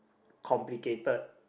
complicated